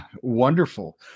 wonderful